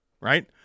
right